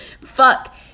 Fuck